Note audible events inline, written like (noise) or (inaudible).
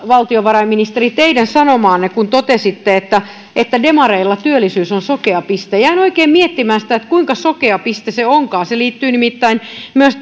valtiovarainministeri teidän sanomaanne kun totesitte että että demareilla työllisyys on sokea piste jäin oikein miettimään sitä kuinka sokea piste se onkaan se liittyy nimittäin myös (unintelligible)